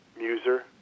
muser